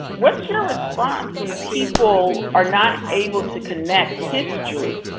what's your response when people are not able to connect history